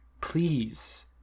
please